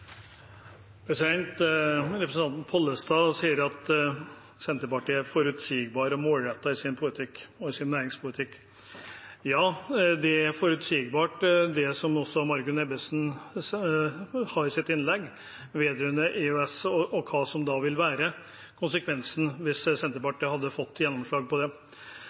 tvangsslakta. Representanten Pollestad sier at Senterpartiet er forutsigbart og målrettet i sin politikk – og i sin næringspolitikk. Ja, det er forutsigbart, også ut fra det Margunn Ebbesen sa i sin replikk vedrørende EØS og hva som ville vært konsekvensen hvis Senterpartiet hadde fått gjennomslag. Men han sier videre at Senterpartiet ikke står for symbolpolitikk. Det